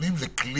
הנתונים הם כלי.